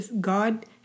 God